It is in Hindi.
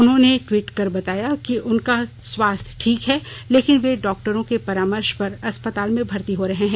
उन्होंटने ट्वीट कर बताया है कि उनका स्वास्थ ठीक है लेकिन वे डॉक्टेरों के परामर्श पर अस्पताल में भर्ती हो रहे हैं